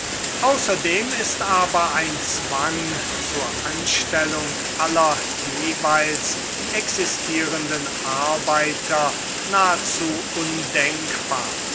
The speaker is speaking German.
außerdem ist aber ein zwang zur anstellung aller jeweils existierenden arbeiter nahezu undenkbar